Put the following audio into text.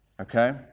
Okay